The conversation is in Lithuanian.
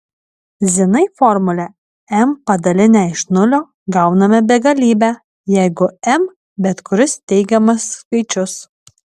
zinai formulę m padalinę iš nulio gauname begalybę jeigu m bet kuris teigiamas skaičius